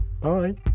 Bye